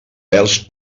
pèls